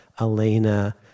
Elena